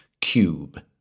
cube—